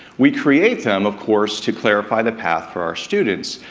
we create them, of course, to clarify the path for our students,